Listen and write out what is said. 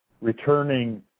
returning